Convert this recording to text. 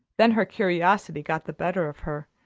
then her curiosity got the better of her.